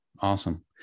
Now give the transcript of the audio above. Awesome